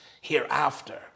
hereafter